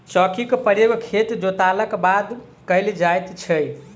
चौकीक प्रयोग खेत जोतलाक बाद कयल जाइत छै